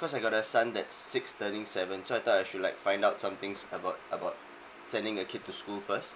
coz I got a son that's six turning seven so I thought I should like find out some things about about sending a kid to school first